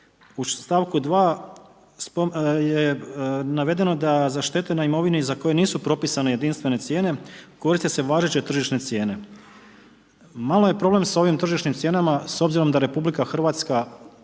u st. 2. je navedeno da za štete na imovini za koje nisu propisane jedinstvene cijene, koriste se važeće tržišne cijene. Malo je problem s ovim tržišnim cijenama s obzirom da RH, da